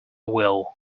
will